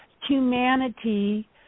humanity